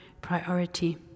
priority